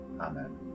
Amen